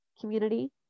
community